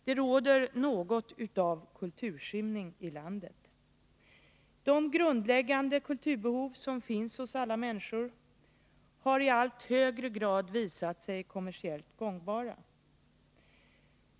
Det råder något av kulturskymning i landet. Det grundläggande kulturbehov som finns hos alla människor har i allra högsta grad visat sig vara kommersiellt gångbart.